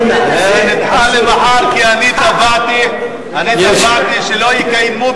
זה נדחה למחר כי אני תבעתי שלא יקיימו,